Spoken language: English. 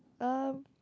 um